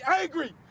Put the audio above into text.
angry